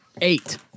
eight